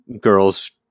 girls